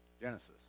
Genesis